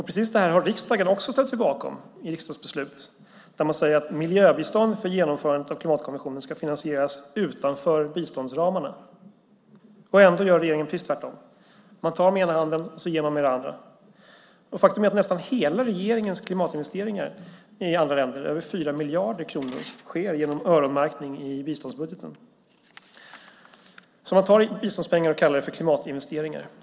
Precis det har riksdagen också ställt sig bakom i riksdagsbeslut där man säger att miljöbistånd för genomförandet av klimatkonventionen ska finansieras utanför biståndsramarna. Ändå gör regeringen precis tvärtom. Man tar med ena handen, och så ger man med den andra. Faktum är att nästan alla regeringens klimatinvesteringar i andra länder, över 4 miljarder kronor, sker genom öronmärkning i biståndsbudgeten. Man tar biståndspengar och kallar det för klimatinvesteringar.